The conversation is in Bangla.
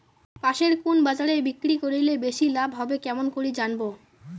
পাশের কুন বাজারে বিক্রি করিলে বেশি লাভ হবে কেমন করি জানবো?